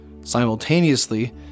Simultaneously